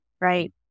right